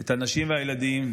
את הנשים ואת הילדים.